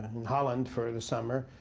holland for the summer.